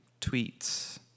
tweets